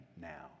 now